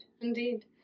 indeed